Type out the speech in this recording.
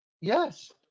Yes